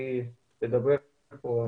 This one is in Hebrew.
כבוד רב הוא לי לדבר כאן.